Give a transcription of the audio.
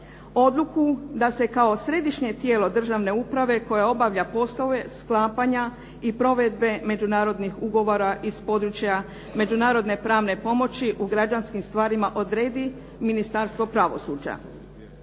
odluku da se kao Središnje tijelo državne uprave koje obavlja poslove sklapanja i provedbe međunarodnih ugovora iz područja međunarodne pravne pomoći u građanskim stvarima odredi Ministarstvo pravosuđa.